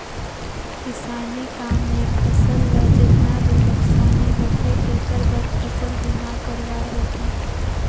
किसानी काम मे फसल ल जेतना भी नुकसानी होथे तेखर बर फसल बीमा करवाये रथें